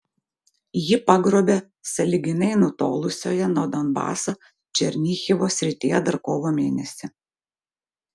jį pagrobė sąlyginai nutolusioje nuo donbaso černihivo srityje dar kovo mėnesį